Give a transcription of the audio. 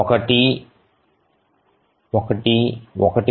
1 1 1